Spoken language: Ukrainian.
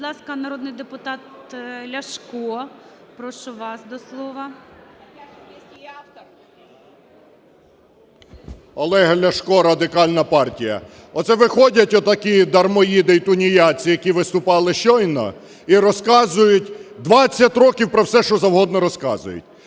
Будь ласка, народний депутат Ляшко. Прошу вас до слова. 16:45:23 ЛЯШКО О.В. Олег Ляшко, Радикальна партія. Оце виходять от такі дармоїди і тунеядці, які виступали щойно, і розказують 20 років про все, що завгодно розказують.